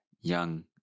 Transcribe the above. young